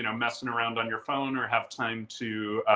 you know messing around on your phone or have time to